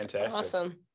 Awesome